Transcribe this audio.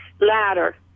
ladder